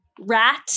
rat